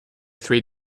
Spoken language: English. three